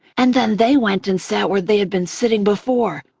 and then they went and sat where they had been sitting before,